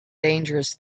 dangerous